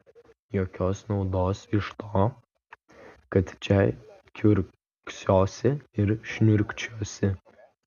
jokios naudos iš to kad čia kiurksosi ir šniurkščiosi